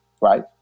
Right